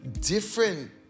different